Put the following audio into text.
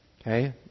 Okay